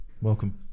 Welcome